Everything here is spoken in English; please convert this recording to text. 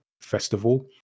Festival